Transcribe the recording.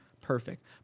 perfect